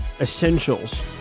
essentials